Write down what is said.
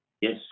Yes